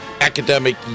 academic